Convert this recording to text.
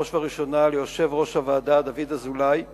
עברה בקריאה השנייה ובקריאה השלישית,